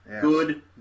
Good